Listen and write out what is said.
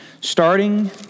starting